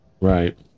right